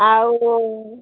ଆଉ